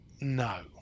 No